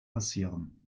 passieren